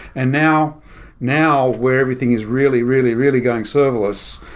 and now now where everything is really, really, really going serverless,